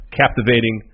captivating